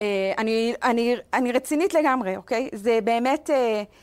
אני רצינית לגמרי, אוקיי? זה באמת...